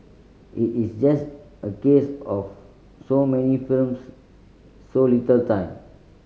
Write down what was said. it is just a case of so many films so little time